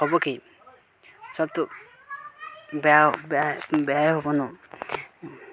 হ'ব কি চবটো বেয়া বেয়াই বেয়াই হ'ব ন